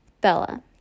Bella